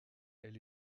elle